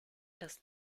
los